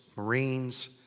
marines.